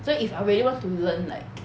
so if I really want to learn like